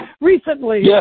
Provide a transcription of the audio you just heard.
recently